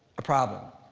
a problem.